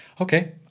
okay